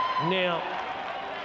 Now